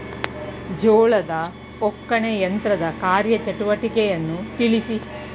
ಜೋಳದ ಒಕ್ಕಣೆ ಯಂತ್ರದ ಕಾರ್ಯ ಚಟುವಟಿಕೆಯನ್ನು ತಿಳಿಸಿ?